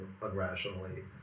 unrationally